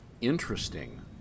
interesting